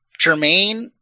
Jermaine